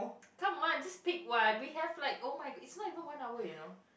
come on just take one we have like oh-my-god it's not even one hour you know